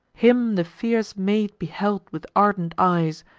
him the fierce maid beheld with ardent eyes,